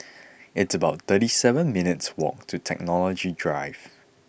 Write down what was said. it's about thirty seven minutes' walk to Technology Drive